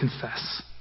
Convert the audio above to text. confess